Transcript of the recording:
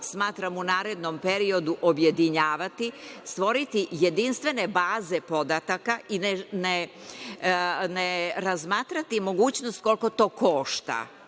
smatram u narednom periodu objedinjavati. Stvoriti jedinstvene baze podataka i ne razmatrati mogućnost koliko to košta